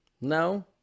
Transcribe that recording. No